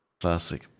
Classic